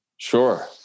Sure